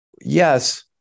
yes